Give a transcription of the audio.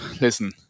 listen